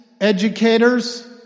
Educators